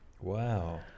Wow